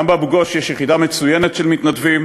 גם באבו-גוש יש יחידה מצוינת של מתנדבים,